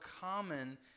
common